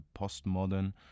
postmodern